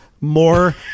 more